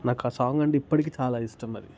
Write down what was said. నాకు ఆ సాంగ్ అంటే ఇప్పటికి చాలా ఇష్టం అది